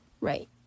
Right